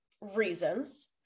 reasons